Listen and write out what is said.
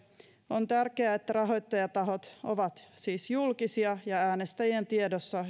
on siis tärkeää että rahoittajatahot ovat julkisia ja äänestäjien tiedossa